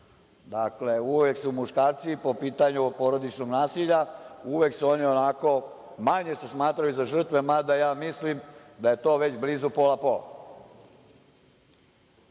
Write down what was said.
Dakle, uvek su muškarci, po pitanju porodičnog nasilja, uvek su oni onako, manje se smatraju za žrtve, mada ja mislim da je to već blizu pola –